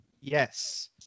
Yes